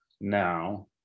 now